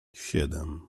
siedem